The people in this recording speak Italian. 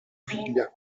figlia